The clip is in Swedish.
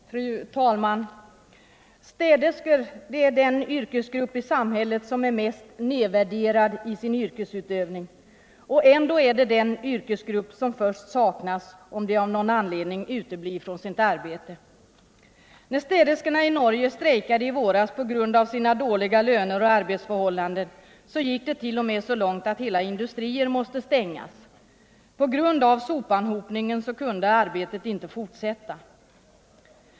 Fru talman! Städerskor är den yrkesgrupp i samhället som är mest nedvärderad i sin yrkesutövning, och ändå är det de arbetarna som först saknas om de av någon anledning uteblir från sitt arbete. När städerskorna i Norge strejkade i våras på grund av sina dåliga löner och arbetsförhållanden gick det t.o.m. så långt att hela industrier 129 måste stängas. På grund av anhopningen av sopor kunde arbetet inte fortsätta.